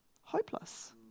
hopeless